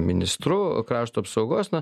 ministru krašto apsaugos na